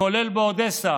כולל באודסה,